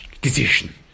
decision